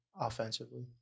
offensively